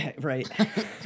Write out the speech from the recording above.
Right